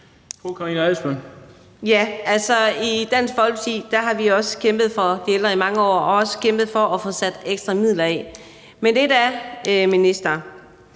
i Dansk Folkeparti har vi også kæmpet for de ældre i mange år, og vi har også kæmpet for at få sat ekstra midler af. Men så spurgte